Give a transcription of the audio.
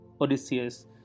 Odysseus